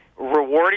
rewarding